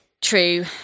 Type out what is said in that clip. True